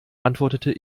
antwortete